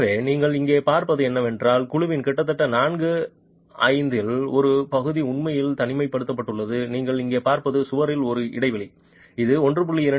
எனவே நீங்கள் இங்கே பார்ப்பது என்னவென்றால் குழுவின் கிட்டத்தட்ட நான்கு ஐந்தில் ஒரு பகுதி உண்மையில் தனிமைப்படுத்தப்பட்டுள்ளது நீங்கள் இங்கே பார்ப்பது சுவரில் ஒரு இடைவெளி இது 1